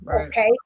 Okay